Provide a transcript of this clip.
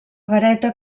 vareta